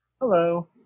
Hello